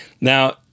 Now